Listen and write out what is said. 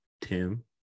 Tim